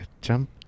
jump